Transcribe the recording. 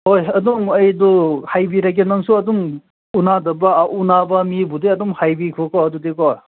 ꯍꯣꯏ ꯑꯗꯨꯝ ꯑꯩꯗꯨ ꯍꯥꯏꯕꯤꯔꯒꯦ ꯅꯪꯁꯨ ꯑꯗꯨꯝ ꯎꯟꯅꯗꯕ ꯎꯟꯅꯕ ꯃꯤꯕꯨꯗꯤ ꯑꯗꯨꯝ ꯍꯥꯏꯕꯤꯈ꯭ꯔꯣꯀꯣ ꯑꯗꯨꯗꯤꯀꯣ